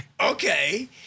okay